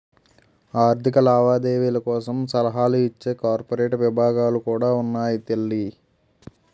ఆర్థిక లావాదేవీల కోసం సలహాలు ఇచ్చే కార్పొరేట్ విభాగాలు కూడా ఉన్నాయి తల్లీ